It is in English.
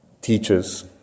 teaches